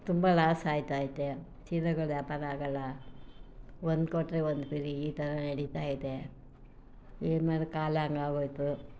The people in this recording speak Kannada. ತುಂಬ ಲಾಸ್ ಆಯ್ತಾ ಐತೆ ಸೀರೆಗಳು ವ್ಯಾಪಾರ ಆಗೋಲ್ಲ ಒಂದು ಕೊಟ್ಟರೆ ಒಂದು ಫ್ರೀ ಈ ಥರ ನಡಿತಾ ಇದೆ ಏನು ಮಾಡೋದು ಕಾಲ ಹಂಗೆ ಆಗೋಯಿತು